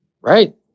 Right